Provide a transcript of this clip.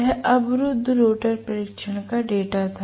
यह अवरुद्ध रोटर परीक्षण का डेटा था